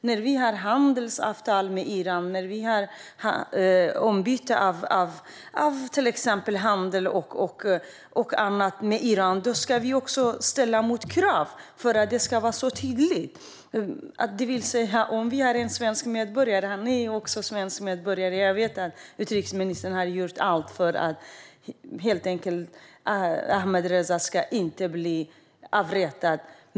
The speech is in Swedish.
När vi har handelsavtal och utbyte med Iran ska vi också ställa motkrav för att det hela ska vara tydligt. Han är ju svensk medborgare, och jag vet att utrikesministern har gjort allt för att Ahmadreza inte ska bli avrättad.